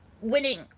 winning